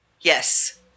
Yes